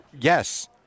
Yes